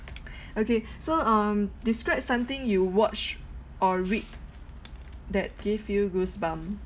okay so um describe something you watch or read that give you goosebump